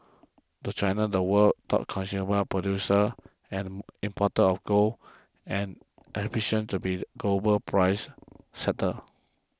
the China the world's top consumer producer and importer of gold and ambitions to be global price setter